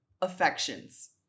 affections